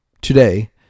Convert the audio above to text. Today